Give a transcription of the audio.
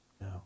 No